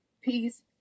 peace